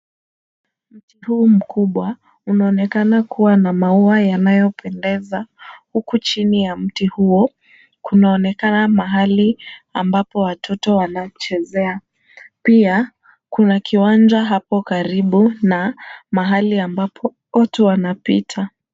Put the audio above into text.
Mti huu mkubwa unaonekana kuwa na maua yanayo pendeza, huku chini ya mti huo, kunaonekana mahali ambapo watoto wanachezea. Pia, kuna kiwanja hapo karibu na mahali ambapo watu wanapita.